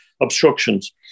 obstructions